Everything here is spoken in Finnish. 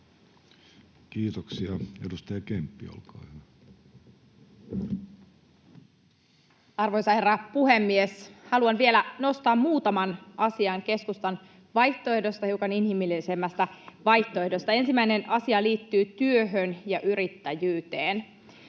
Kiitoksia. — Edustaja Kemppi, olkaa hyvä. Arvoisa herra puhemies! Haluan vielä nostaa muutaman asian keskustan vaihtoehdosta, hiukan inhimillisemmästä vaihtoehdosta. Ensimmäinen asia liittyy työhön ja yrittäjyyteen.